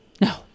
no